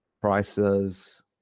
prices